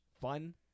fun